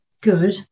good